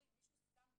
מישהו שם גדר?